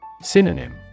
Synonym